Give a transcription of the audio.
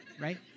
right